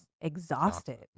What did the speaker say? exhausted